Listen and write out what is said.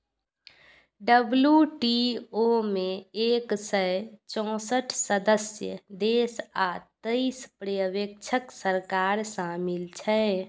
WTO मे एक सय चौंसठ सदस्य देश आ तेइस पर्यवेक्षक सरकार शामिल छै